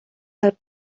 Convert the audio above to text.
del